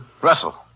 Russell